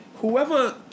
Whoever